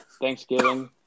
Thanksgiving